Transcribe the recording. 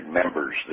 members